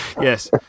Yes